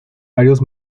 varios